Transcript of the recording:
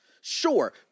Sure